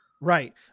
Right